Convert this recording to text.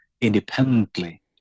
independently